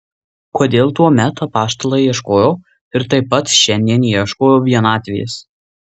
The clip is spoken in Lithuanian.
kodėl tuomet apaštalai ieškojo ir taip pat šiandien ieško vienatvės